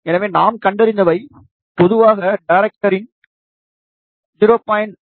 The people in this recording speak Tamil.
எனவே நாம் கண்டறிந்தவை பொதுவாக டேரைக்டரின் 0